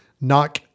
Knock